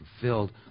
fulfilled